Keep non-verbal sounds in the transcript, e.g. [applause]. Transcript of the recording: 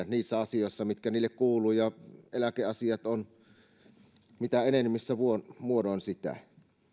[unintelligible] niissä asioissa mitkä heille kuuluvat ja eläkeasiat ovat mitä enenevissä muodoin sitä